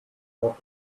are